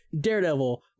Daredevil